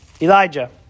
Elijah